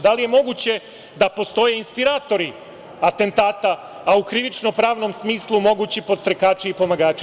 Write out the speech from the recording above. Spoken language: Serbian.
Da li je moguće da postoje inspiratori atentata, a u krivičnopravnom smislu mogući podstrekači i pomagači?